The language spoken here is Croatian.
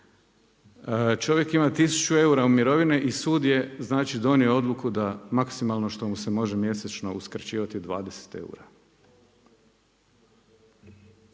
Čovjek ima tisuću eura mirovine i sud je donio odluku da maksimalno što mu se može mjesečno uskraćivati je 20 eura.